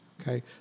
Okay